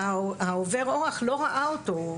העובר אורח לא ראה אותו,